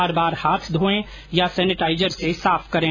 बार बार हाथ धोएं या सेनेटाइजर से साफ करें